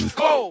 go